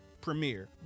premiere